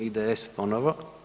IDS ponovo.